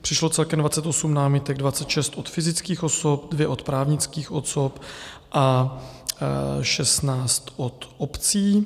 Přišlo celkem 28 námitek, 26 od fyzických osob, 2 od právnických osob a 16 od obcí.